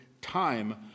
time